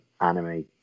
anime